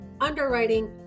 underwriting